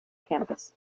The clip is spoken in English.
campus